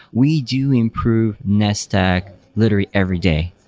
we do improve net stack literally every day.